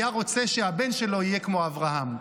היה רוצה שהבן שלו יהיה כמו אברהם.